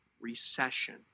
Recession